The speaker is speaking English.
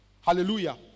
Hallelujah